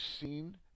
seen